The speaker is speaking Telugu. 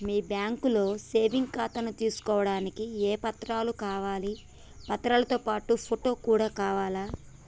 మీ బ్యాంకులో సేవింగ్ ఖాతాను తీసుకోవడానికి ఏ ఏ పత్రాలు కావాలి పత్రాలతో పాటు ఫోటో కూడా కావాలా?